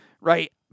right